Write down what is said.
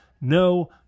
no